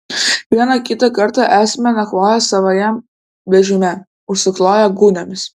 vieną kitą kartą esame nakvoję savajam vežime užsikloję gūniomis